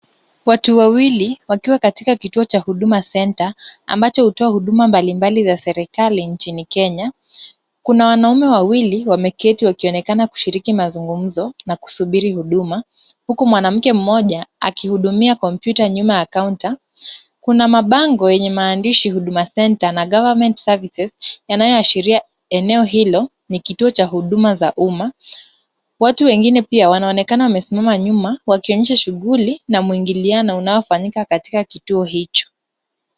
Watu wawili wakiwa katika kituo cha Huduma Centre ambacho hutoa huduma mbalimbali za serikali nchini kenya, kuna wanaume wawili wameketi wakionekana kushiriki mazungumzo na kusubiri huduma, huku mwanamke mmoja akihudumia kompyuta nyuma ya kaunta. Kuna mabango yenye maandishi Huduma Centre na government services yanayoashiria eneo hilo ni kituo cha huduma za umma. Watu wengine pia wanaonekana wamesimama nyuma wakionyesha shughuli na mwingiliano unaofanyika katika kituo hicho.